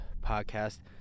podcast